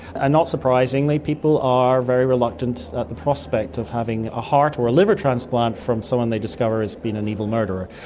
and not surprisingly, people are very reluctant at the prospect of having a heart or a liver transplant from someone they discover has been an evil murderer.